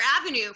avenue